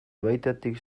baitatik